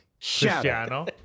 Cristiano